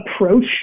approach